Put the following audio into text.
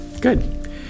Good